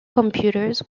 computers